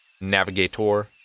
navigator